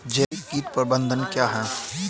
जैविक कीट प्रबंधन क्या है?